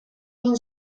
egin